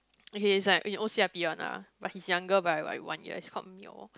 okay it's like in O_C_I_P one ah but he's younger by by one year he's called Myo